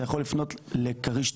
אתה יכול לפנות לכריש-תנין.